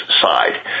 side